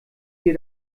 dir